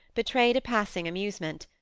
betrayed a passing amusement.